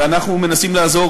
ואנחנו מנסים לעזור.